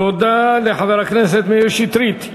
תודה לחבר הכנסת מאיר שטרית.